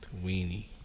Weenie